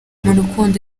rukundo